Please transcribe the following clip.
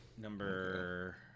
Number